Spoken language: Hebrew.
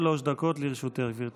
גברתי, שלוש דקות לרשותך.